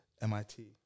MIT